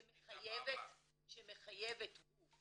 שמחייבת גוף.